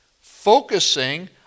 focusing